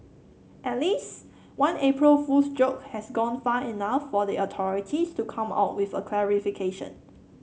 at least one April Fool's joke has gone far enough for the authorities to come out with a clarification